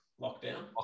Lockdown